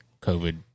COVID